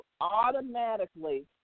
automatically